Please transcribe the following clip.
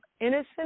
innocent